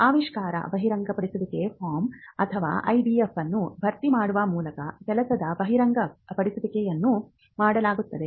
ಆವಿಷ್ಕಾರ ಬಹಿರಂಗಪಡಿಸುವಿಕೆ ಫಾರ್ಮ್ ಅಥವಾ IDF ಅನ್ನು ಭರ್ತಿ ಮಾಡುವ ಮೂಲಕ ಕೆಲಸದ ಬಹಿರಂಗಪಡಿಸುವಿಕೆಯನ್ನು ಮಾಡಲಾಗುತ್ತದೆ